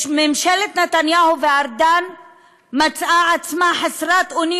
ממשלת נתניהו וארדן מצאה עצמה חסרת אונים